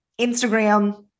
Instagram